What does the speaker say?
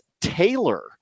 taylor